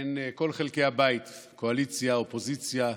בין כל חלקי הבית, קואליציה, אופוזיציה,